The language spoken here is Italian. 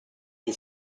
gli